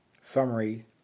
summary